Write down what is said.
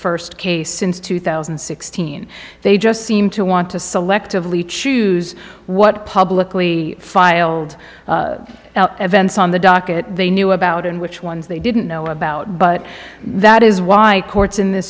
first case since two thousand and sixteen they just seem to want to selectively choose what publicly filed events on the docket they knew about and which ones they didn't know about but that is why courts in th